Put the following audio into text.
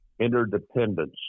interdependence